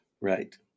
right